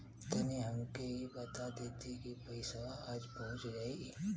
तनि हमके इ बता देती की पइसवा आज पहुँच जाई?